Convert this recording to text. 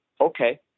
okay